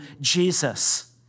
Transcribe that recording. Jesus